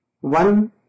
One